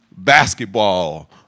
basketball